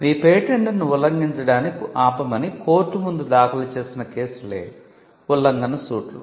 మీ పేటెంట్ను ఉల్లంఘించడాన్ని ఆపమని కోర్టు ముందు దాఖలు చేసిన కేసులే ఉల్లంఘన సూట్లు